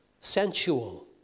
sensual